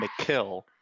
McKill